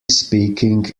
speaking